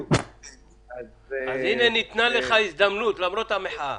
אז הנה ניתנה לך ההזדמנות להשיב, למרות המחאה.